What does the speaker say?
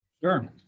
Sure